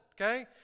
okay